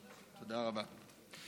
תודה רבה.